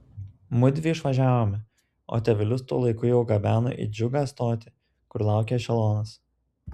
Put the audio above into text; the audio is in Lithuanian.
mudvi išvažiavome o tėvelius tuo laiku jau gabeno į džiugą stotį kur laukė ešelonas